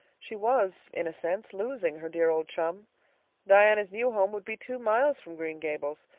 she was, in a sense, losing her dear old chum diana's new home would be two miles from green gables,